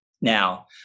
now